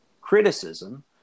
criticism